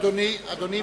אדוני,